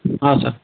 ಹಾಂ ಸರ್